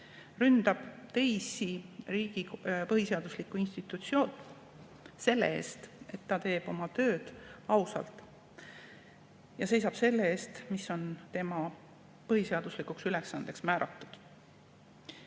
ründab teist riigi põhiseaduslikku institutsiooni selle eest, et ta teeb oma tööd ausalt ja seisab selle eest, mis on määratud tema põhiseaduslikuks ülesandeks.